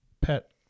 pet